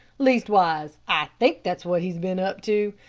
leastwise i think that's what he's been up to.